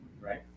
right